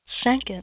Second